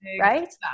right